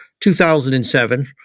2007